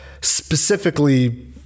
specifically